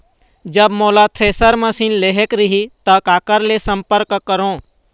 जब मोला thresher machine लेहेक रही ता काकर ले संपर्क करों?